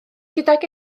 gydag